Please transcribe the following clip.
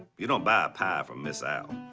you don't buy a pie from miss al.